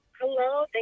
Hello